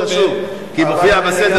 לא, אבל זה חשוב, כי זה מופיע בסדר-היום.